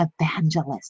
evangelist